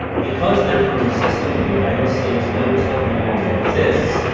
because they're from a system of united states notes that no longer exists,